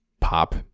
pop